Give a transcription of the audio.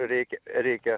reikia reikia